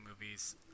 movies